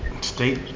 State